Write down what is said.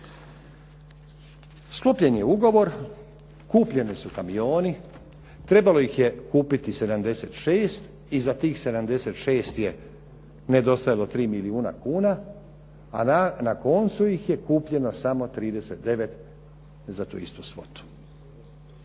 Sklopljen je ugovor, kupljeni su kamioni. Trebalo ih je kupiti 76 i za tih 76 je nedostajalo 3 milijuna kuna a na koncu ih je kupljeno samo 39 za tu istu svotu.